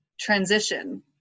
transition